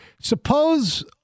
Suppose